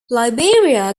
liberia